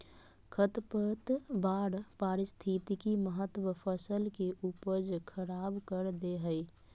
खरपतवार पारिस्थितिक महत्व फसल के उपज खराब कर दे हइ